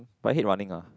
but I hate running ah